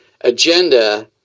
agenda